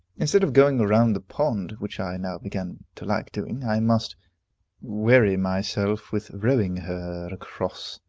instead of going round the pond, which i now began to like doing, i must weary myself with rowing her across.